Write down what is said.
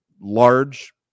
large